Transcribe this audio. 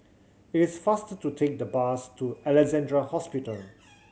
it is faster to take the bus to Alexandra Hospital